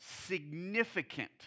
significant